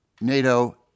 NATO